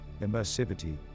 immersivity